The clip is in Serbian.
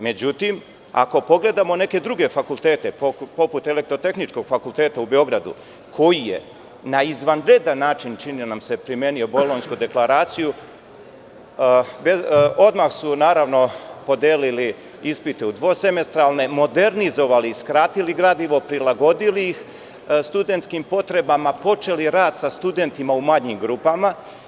Međutim, ako pogledamo neke druge fakultete, poput Elektrotehničkog fakulteta u Beogradu, koji je na izvanredan način, čini nam se, primenio Bolonjsku deklaraciju, odmah su podelili ispite u dvosemestralne, modernizovali, skratili gradivo, prilagodili ih studenskim potrebama, počeli rad sa studentima u manjim grupama.